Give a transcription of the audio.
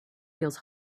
feels